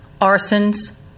arsons